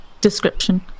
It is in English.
description